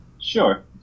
Sure